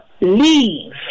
leave